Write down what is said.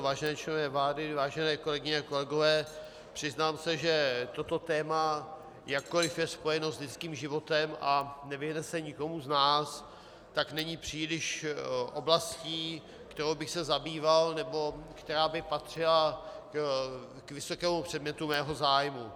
Vážení členové vlády, vážené kolegyně a kolegové, přiznám se, že toto téma, jakkoliv je spojeno s lidským životem a nevyhne se nikomu z nás, tak není příliš oblastí, kterou bych se zabýval nebo která by patřila k vysokému předmětu mého zájmu.